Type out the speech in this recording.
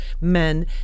men